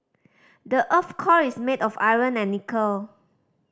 the earth's core is made of iron and nickel